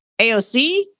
AOC